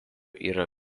yra